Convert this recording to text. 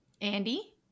Andy